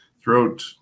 throughout